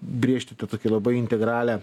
brėžti tą tokį labai integralią